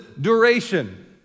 duration